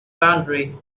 boundary